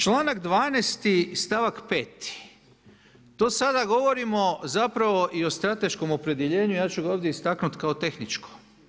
Članak 12. stavak 5. to sada govorimo zapravo i o stratešku opredjeljenju, ja ću ga ovdje istaknuti kao tehničko.